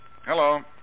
Hello